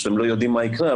הם פשוט לא יודעים מה יקרה,